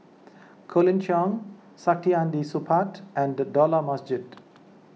Colin Cheong Saktiandi Supaat and Dollah Majid